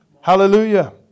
Hallelujah